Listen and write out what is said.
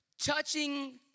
Touching